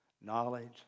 knowledge